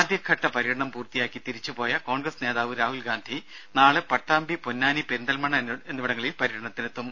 ആദ്യ ഘട്ട പര്യടനം പൂർത്തിയാക്കി തിരിച്ചു പോയ കോൺഗ്രസ് നേതാവ് രാഹുൽ ഗാന്ധി നാളെ പട്ടാമ്പി പൊന്നാനി പെരിന്തൽമണ്ണ എന്നിവിടങ്ങളിൽ പര്യടനത്തിനെത്തും